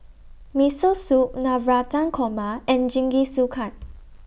Miso Soup Navratan Korma and Jingisukan